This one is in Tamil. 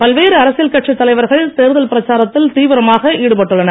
பல்வேறு அரசியல் கட்சித் தலைவர்கள் தேர்தல் பிரச்சாரத்தில் தீவிரமாக ஈடுபட்டுள்ளனர்